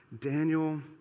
Daniel